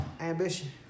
Ambition